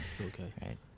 Okay